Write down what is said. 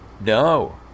no